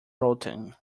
rotten